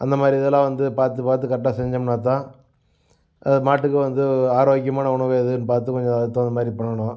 அந்தமாதிரி இதெல்லாம் வந்து பார்த்து பார்த்து கரெக்டாக செஞ்சமுனால்தான் மாட்டுக்கு வந்து ஆரோக்கியமான உணவு எதுன்னு பார்த்து கொஞ்சம் அதுக்கு தகுந்தமாரி பண்ணணும்